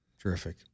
terrific